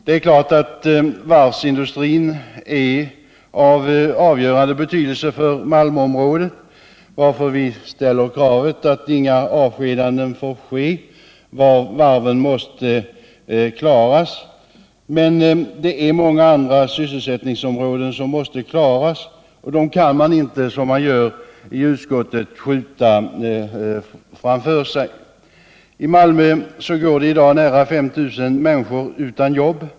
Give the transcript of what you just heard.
Det är klart att varvsindustrin är av avgörande betydelse för Malmöområdet, varför vi ställer kravet att inga avskedanden får ske. Varven måste klaras. Men det är många andra sysselsättningsområden som måste klaras, och dem kan man inte — som sker i utskottet — skjuta framför sig. I Malmö går i dag nära 5000 människor utan jobb.